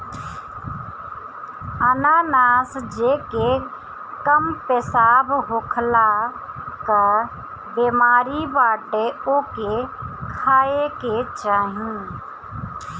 अनानास जेके कम पेशाब होखला कअ बेमारी बाटे ओके खाए के चाही